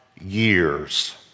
years